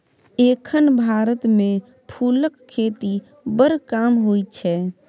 एखन भारत मे फुलक खेती बड़ कम होइ छै